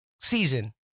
season